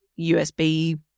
USB